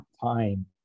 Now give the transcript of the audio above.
time